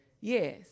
Yes